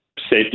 safety